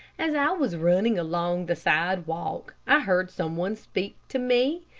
as i was running along the sidewalk, i heard some one speak to me,